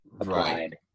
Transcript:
applied